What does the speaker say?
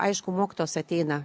aišku mokytojos ateina